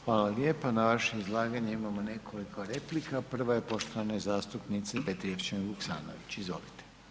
Hvala lijepa, na vaše izlaganje imamo nekoliko replika, prva je poštovane zastupnice Petrijevčanin Vuksanović, izvolite.